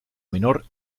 menor